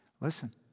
Listen